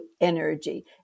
energy